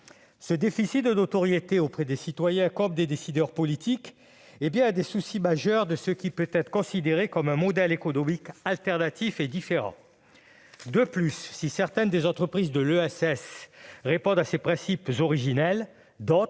Ce déficit de notoriété, auprès des citoyens comme des décideurs politiques, est bien l'un des soucis majeurs de ce qui peut être considéré comme un modèle économique alternatif et différent. De plus, si certaines des entreprises de l'ESS répondent à ces principes originels, d'autres,